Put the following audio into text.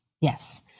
yes